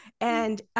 And-